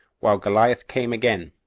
while goliath came again,